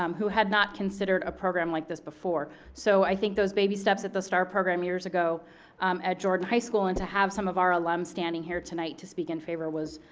um who had not considered a program like this before. so i think those baby steps at the star program years ago at jordan high school, and to have some of our alum standing here tonight to speak in favor was